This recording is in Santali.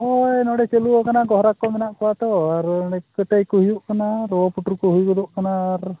ᱦᱳᱭ ᱱᱚᱰᱮ ᱪᱟᱹᱞᱩ ᱟᱠᱟᱱᱟ ᱠᱚᱲᱟ ᱠᱚ ᱢᱮᱱᱟᱜ ᱠᱚᱣᱟ ᱛᱚ ᱟᱨ ᱠᱚᱴᱮᱡ ᱠᱚ ᱦᱩᱭᱩᱜ ᱠᱟᱱᱟ ᱨᱚ ᱯᱩᱴᱩᱨ ᱠᱚ ᱦᱩᱭ ᱜᱚᱫᱚᱜ ᱠᱟᱱᱟ ᱟᱨ